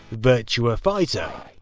virtua fighter.